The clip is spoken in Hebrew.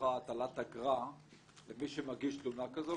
שמצריכה הטלת אגרה למי שמגיש תלונה כזו?